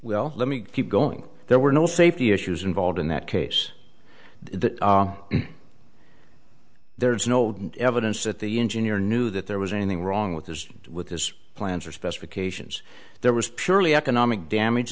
will let me keep going there were no safety issues involved in that case that there's no evidence that the engineer knew that there was anything wrong with his with his plans or specifications there was purely economic damage